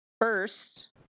first